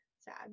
sad